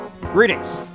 Greetings